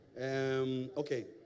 Okay